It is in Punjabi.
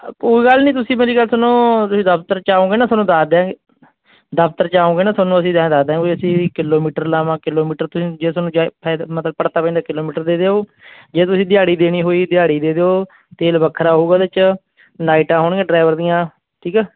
ਕੋਈ ਗੱਲ ਨਹੀਂ ਤੁਸੀਂ ਮੇਰੀ ਗੱਲ ਸੁਣੋ ਤੁਸੀਂ ਦਫ਼ਤਰ 'ਚ ਆਓਗੇ ਨਾ ਤੁਹਾਨੂੰ ਦੱਸ ਦਿਆਂਗੇ ਦਫ਼ਤਰ ਆਓਗੇ ਨਾ ਤੁਹਾਨੂੰ ਅਸੀਂ ਜਦੋਂ ਦੱਸ ਦਾਂਗੇ ਵੀ ਅਸੀਂ ਕਿਲੋਮੀਟਰ ਲਾਵਾਂ ਕਿਲੋਮੀਟਰ ਤੁਸੀਂ ਜੇ ਤੁਹਾਨੂੰ ਮਤਲਬ ਕਿਲੋਮੀਟਰ ਦੇ ਦਿਓ ਜੇ ਤੁਸੀਂ ਦਿਹਾੜੀ ਦੇਣੀ ਹੋਈ ਦਿਹਾੜੀ ਦੇ ਦਿਓ ਤੇਲ ਵੱਖਰਾ ਹੋਊਗਾ ਇਹਦੇ 'ਚ ਨਾਈਟਾਂ ਹੋਣਗੀਆਂ ਡਰਾਈਵਰ ਦੀਆਂ ਠੀਕ ਆ